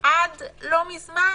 עד לא מזמן,